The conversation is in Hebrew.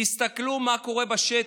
תסתכלו מה קורה בשטח.